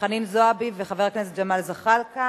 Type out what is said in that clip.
חנין זועבי וחבר הכנסת ג'מאל זחאלקה.